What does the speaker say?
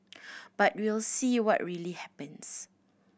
but we'll see what really happens